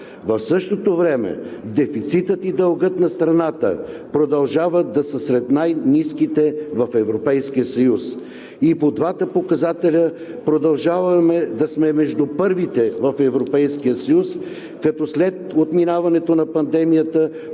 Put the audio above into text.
В същото време дефицитът и дългът на страната продължават да са сред най-ниските в Европейския съюз. И по двата показателя продължаваме да сме между първите в Европейския съюз, като след отминаването на пандемията